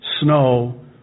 snow